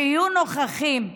שיהיו נוכחים,